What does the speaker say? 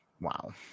Wow